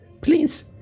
Please